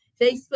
Facebook